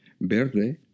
Verde